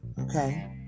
okay